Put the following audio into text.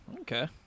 Okay